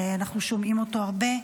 ואנחנו שומעים אותו הרבה.